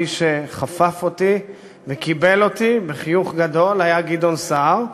מי שחפף אותי וקיבל אותי בחיוך גדול היה גדעון סער,